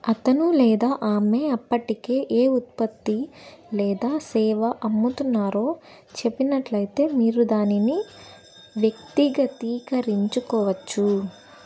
అతను లేదా ఆమె అప్పటికే ఏ ఉత్పత్తి లేదా సేవ అమ్ముతున్నారో చెప్పినట్లయితే మీరు దానిని వ్యక్తిగతీకరించుకోవచ్చు